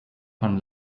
von